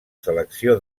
selecció